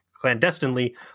clandestinely